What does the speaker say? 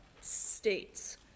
states